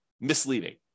misleading